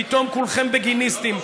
פתאום כולכם בגיניסטים.